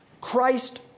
Christ